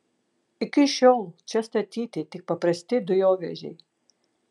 iki šiol čia statyti tik paprasti dujovežiai